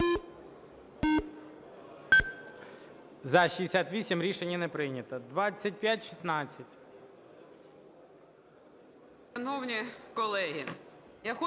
За-68 Рішення не прийнято. 2516.